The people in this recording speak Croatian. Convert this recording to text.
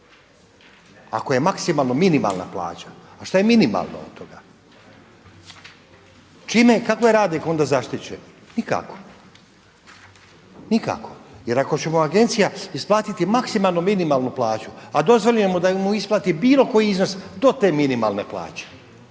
Ako je maksimalno minimalna plaća, a šta je minimalno od toga? Čime je, kako je radnik onda zaštićen? Nikako. Nikako. Jer ako će mu agencija isplatiti maksimalno minimalnu plaću, a dozvoljeno mu je da isplati bilo koji iznos do te minimalne plaće.